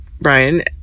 Brian